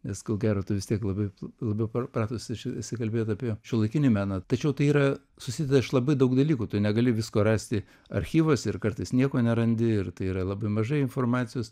nes kol gero tu vis tiek labai labiau pratusi esi kalbėt apie šiuolaikinį meną tačiau tai yra susideda iš labai daug dalykų tu negali visko rasti archyvuose ir kartais nieko nerandi ir tai yra labai mažai informacijos